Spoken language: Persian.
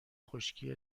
خشکی